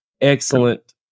excellent